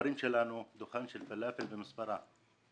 בכפרים שלנו דוכנים של פלאפל ומספרה.